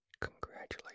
congratulate